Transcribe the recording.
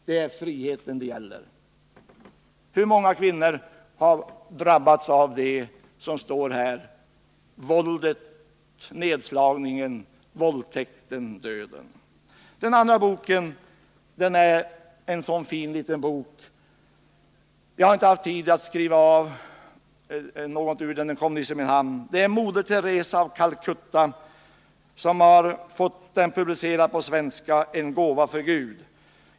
Det är friheten det gäller.” Hur många kvinnor har drabbats av följderna av det som står här — våld, nedslagning, våldtäkt, död? Den andra boken är en så fin liten bok. Jag har inte haft tid att skriva av något ur den — den kom nyss i min hand. Moder Teresa i Calcutta har fått den publicerad på svenska: ”En gåva för Gud”.